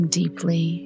deeply